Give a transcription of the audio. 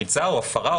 או הפרה,